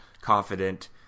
confident